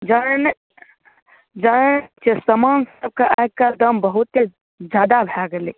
जानैत नहि जानैत नहि छियै समान सबकऽ आइकाल्हि एगदम बहुते जादा भए गेलै